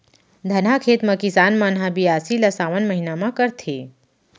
धनहा खेत म किसान मन ह बियासी ल सावन महिना म करथे